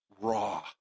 raw